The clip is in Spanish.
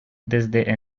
desde